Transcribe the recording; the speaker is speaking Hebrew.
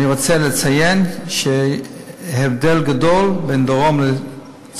אני רוצה לציין שיש הבדל גדול בין דרום לצפון: